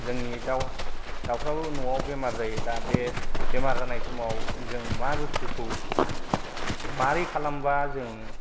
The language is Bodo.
जोंनि दाउफ्राबो न'आव दा बे बेमार जानाय समाव जों मा बुसथुखौ माबोरै खालामोबा जों